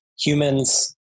humans